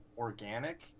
organic